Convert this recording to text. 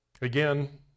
again